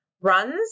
runs